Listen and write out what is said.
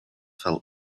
fell